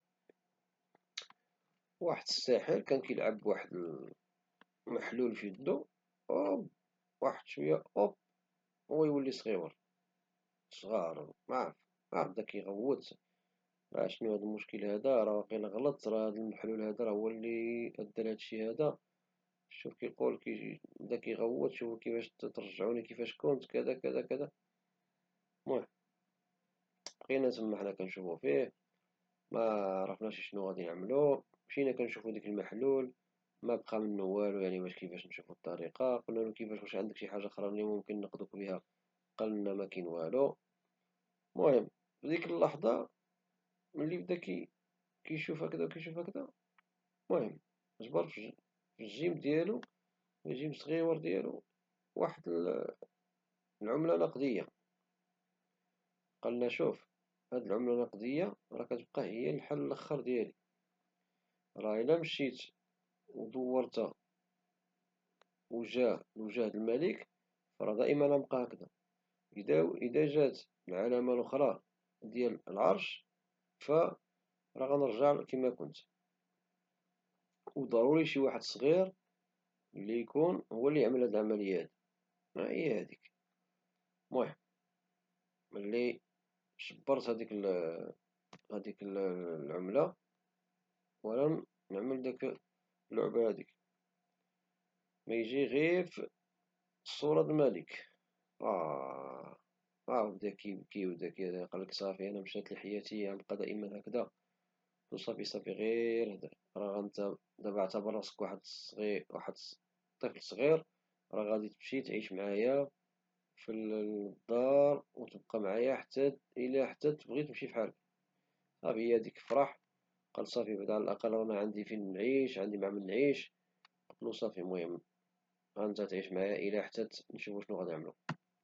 واحد الساحر كان كيلعب بواحد المحلول فيدو طح شوية هو سولي صغيور صغار ماعرت بدا كيغوت اش هاد المشكل هدا راه واقيلا غلطت راه واقيلا هاد المحلول هدا هو اللي دار هادشي هدا شتو كيقول بدا كيغوت شوفو كفاش ترجعوني كما كنت كدا كدا كدا بقينا حنى تما كنشوفو فيه معرفناش اش غادي نعملو مشنا نشوفو داك المحلول مبقا منو والو